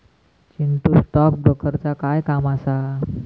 Chintu, stock ब्रोकरचा काय काम असा?